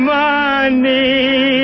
money